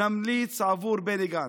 נמליץ על בני גנץ.